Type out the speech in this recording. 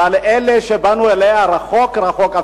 אבל אלה שבאו אליה מרחוק-רחוק,